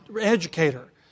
educator